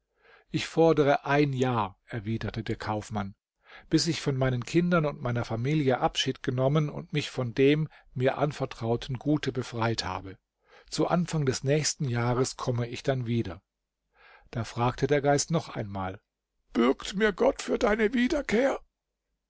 ich fordere ein jahr erwiderte der kaufmann bis ich von meinen kindern und meiner familie abschied genommen und mich von dem mir anvertrauten gute befreit habe zu anfang des nächsten jahres komme ich dann wieder da fragte der geist noch einmal bürgt mir gott für deine wiederkehr